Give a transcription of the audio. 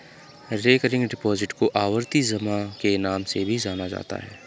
recurring deposit को आवर्ती जमा के नाम से भी जाना जाता है